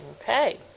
Okay